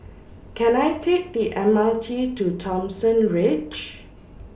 Can I Take The M R T to Thomson Ridge